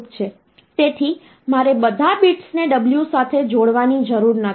તેથી મારે બધા બીટ્સને w સાથે જોડવાની જરૂર નથી